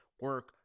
Work